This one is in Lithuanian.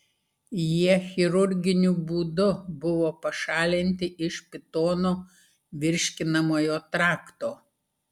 jie chirurginiu būdu buvo pašalinti iš pitono virškinamojo trakto